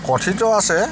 কথিত আছে